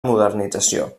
modernització